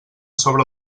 sobre